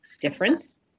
difference